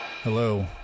Hello